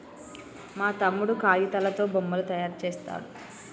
మా తమ్ముడు కాగితాలతో బొమ్మలు తయారు చేస్తాడు